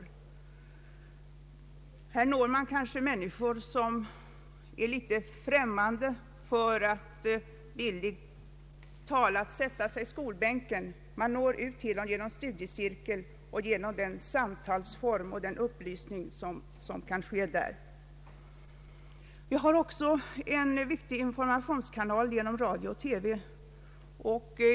På detta sätt når vi kanske människor som är litet främmande för att bildligt talat sätta sig på skolbänken igen, och vi når ut till dem genom studiecirkeln, genom den samtalsform och genom den upplysning som där är möjlig. Det finns också en viktig informationskanal genom radio och TV.